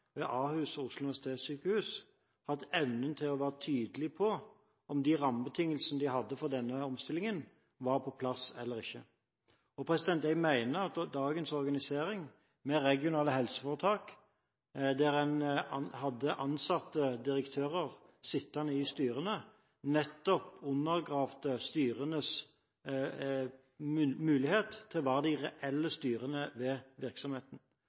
ved Ahus og Oslo universitetssykehus har hatt evnen til å være tydelige på hvorvidt de rammebetingelsene de hadde for denne omstillingen, var på plass eller ikke. Jeg mener at dagens organisering, med regionale helseforetak der en hadde ansatte direktører sittende i styrene, undergravde styrenes mulighet til å være de reelt styrende i virksomheten.